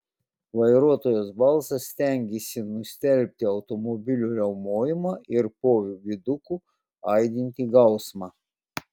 vairuotojos balsas stengėsi nustelbti automobilių riaumojimą ir po viaduku aidintį gausmą